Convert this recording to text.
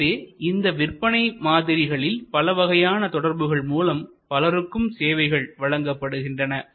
எனவே இந்த விற்பனை மாதிரிகளில் பலவகையான தொடர்புகள் மூலம் பலருக்கும் சேவைகள் வழங்கப்படுகின்றன